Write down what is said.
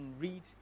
read